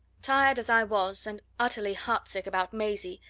tired as i was, and utterly heart-sick about maisie,